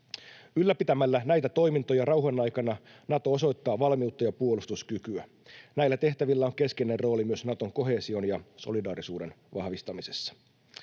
Ylläpitämällä näitä toimintoja rauhan aikana Nato osoittaa valmiutta ja puolustuskykyä. Näillä tehtävillä on keskeinen rooli myös Naton koheesion ja solidaarisuuden vahvistamisessa.